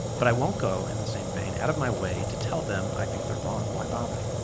but i won't go in the same vein out of my way to tell them i think they're wrong why bother?